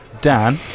Dan